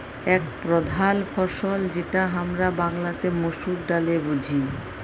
এক প্রধাল ফসল যেটা হামরা বাংলাতে মসুর ডালে বুঝি